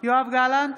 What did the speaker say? יואב גלנט,